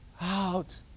out